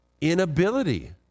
inability